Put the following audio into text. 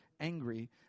angry